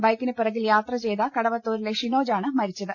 ബൈക്കിന് പിറകിൽ യാത്ര ചെയ്ത കടവത്തൂരിലെ ഷിനോജാണ് മരിച്ചത്